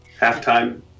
halftime